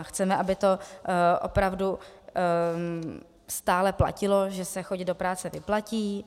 Chceme, aby opravdu stále platilo, že se chodit do práce vyplatí.